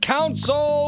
Council